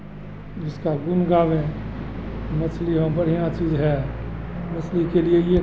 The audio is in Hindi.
जिसका गुण गावें मछलियाँ बढ़ियाँ चीज़ हैं मछली के लिए ही